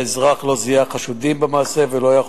האזרח לא זיהה חשודים במעשה ולא יכול